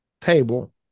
table